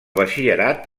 batxillerat